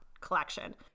collection